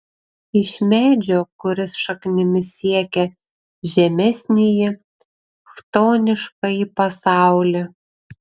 iš medžio kuris šaknimis siekia žemesnįjį chtoniškąjį pasaulį